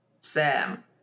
Sam